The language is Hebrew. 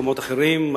במקומות אחרים,